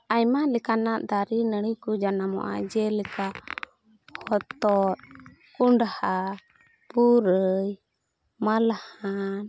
ᱟᱭᱢᱟ ᱞᱮᱠᱟᱱᱟᱜ ᱫᱟᱨᱮᱼᱱᱟᱹᱲᱤ ᱠᱚ ᱡᱟᱱᱟᱢᱚᱜᱼᱟ ᱡᱮᱞᱮᱠᱟ ᱦᱚᱛᱚᱫ ᱠᱚᱸᱰᱦᱟ ᱯᱩᱨᱟᱹᱭ ᱢᱟᱞᱦᱟᱱ